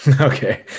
okay